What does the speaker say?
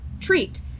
treat